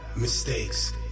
Mistakes